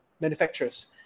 manufacturers